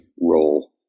role